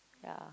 ya